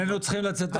שנינו צריכים לצאת החוצה.